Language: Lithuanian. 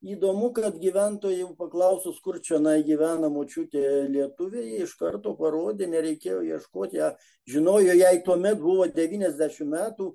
įdomu kad gyventojų paklausus kur čionai gyvena močiutė lietuvė iš karto parodė nereikėjo ieškoti ją žinojo jei tuomet buvo devyniasdešimt metų